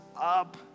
up